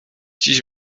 dziś